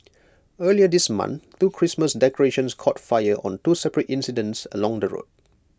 earlier this month two Christmas decorations caught fire on two separate incidents along the road